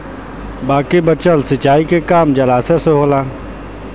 बाकी बचल सिंचाई के काम जलाशय से होला